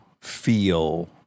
feel